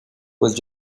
pues